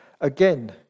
Again